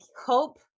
hope